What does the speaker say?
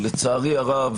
לצערי הרב,